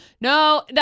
no